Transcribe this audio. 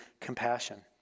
compassion